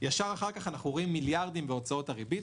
מיד אחר כך אנחנו רואים מיליארדים בהוצאות הריבית.